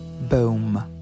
Boom